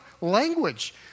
language